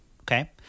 Okay